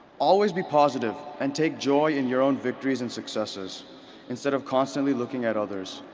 always be positive and take joy in your own victories and successes instead of constantly looking at others.